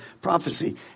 prophecy